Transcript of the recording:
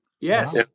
Yes